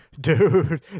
dude